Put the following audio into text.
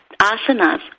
asanas